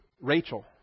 Rachel